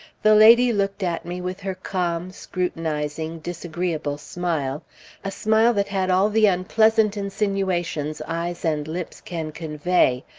the lady looked at me with her calm, scrutinizing, disagreeable smile a smile that had all the unpleasant insinuations eyes and lips can convey,